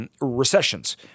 Recessions